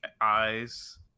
eyes